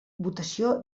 votació